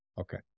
okay